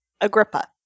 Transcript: Agrippa